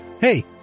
hey